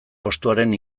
postuaren